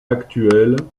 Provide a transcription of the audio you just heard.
actuelle